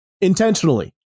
intentionally